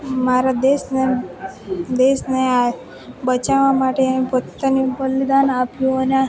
મારા દેશને દેશને બચાવવા માટે એ પોતાનું બલિદાન આપ્યું અને